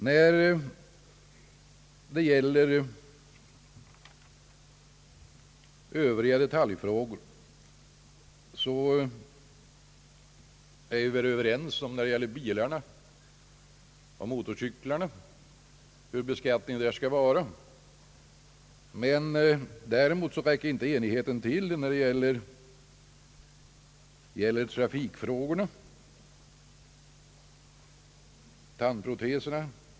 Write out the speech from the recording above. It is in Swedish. När det gäller övriga detaljfrågor så är vi nog överens om beskattningen rörande bilar och motorcyklar. Däremot räcker inte enigheten till för t.ex. trafikfrågorna och tandproteserna.